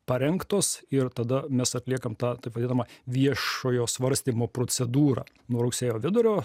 parengtos ir tada mes atliekam tą taip vadinamą viešojo svarstymo procedūrą nuo rugsėjo vidurio